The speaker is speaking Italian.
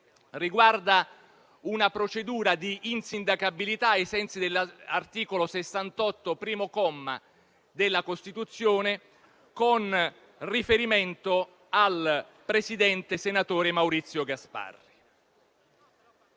riguarda una procedura di insindacabilità, ai sensi dell'articolo 68, primo comma, della Costituzione, con riferimento al presidente senatore Maurizio Gasparri.